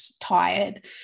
tired